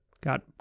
Got